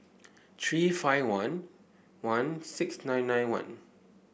three five one one six nine nine one